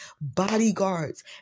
bodyguards